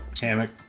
hammock